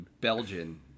Belgian